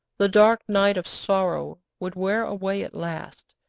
the dark night of sorrow would wear away at last,